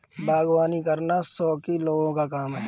बागवानी करना शौकीन लोगों का काम है